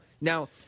Now